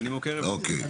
אוקיי,